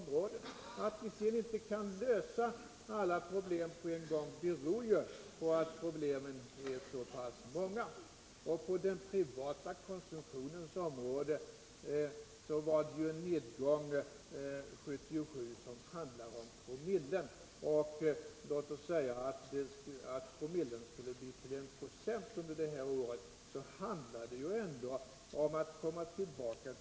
Det förhållandet att vi inte kan lösa alla problem på en gång beror på att problemen är så pass många. På den privata konsumtionens område var det en nedgång 1977 som handlade om promille.